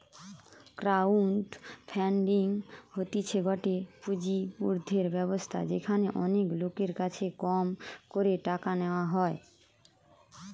crowd funding হতিছে গটে পুঁজি উর্ধের ব্যবস্থা যেখানে অনেক লোকের কাছে কম করে টাকা নেওয়া হয়